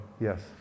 Yes